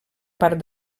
part